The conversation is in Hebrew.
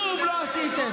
כלום לא עשיתם.